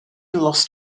lost